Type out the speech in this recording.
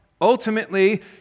ultimately